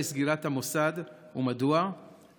דווקא עכשיו לסגור מוסד שעובד בצורה כל כך טובה,